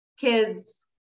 kids